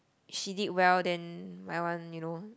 she did well than my one you know